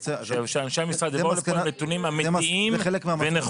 שאנשי המשרד יבואו לפה עם נתונים אמיתיים ונכונים.